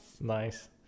nice